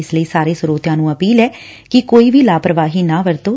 ਇਸ ਲਈ ਸਾਰੇ ਸਰੋਤਿਆਂ ਨੂੰ ਅਪੀਲ ਐ ਕਿ ਕੋਈ ਵੀ ਲਾਪਰਵਾਹੀ ਨਾ ਵਰਤੋਂ